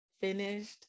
finished